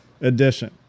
edition